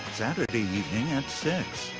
saturday evening at six